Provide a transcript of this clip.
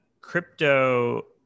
crypto